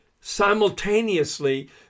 simultaneously